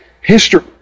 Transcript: history